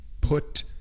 put